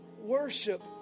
worship